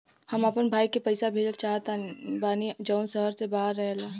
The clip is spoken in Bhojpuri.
हम अपना भाई के पइसा भेजल चाहत बानी जउन शहर से बाहर रहेला